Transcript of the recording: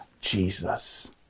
jesus